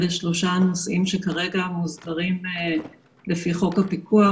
אלה שלושת הנושאים שכרגע מוסדרים לפי חוק הפיקוח,